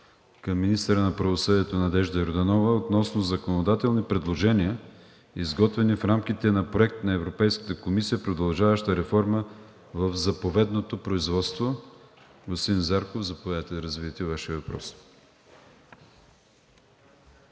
към министъра на правосъдието Надежда Йорданова относно законодателни предложения, изготвени в рамките на проект на Европейската комисия „Продължаваща реформа в заповедното производство“. Господин Зарков, заповядайте да развиете Вашия въпрос.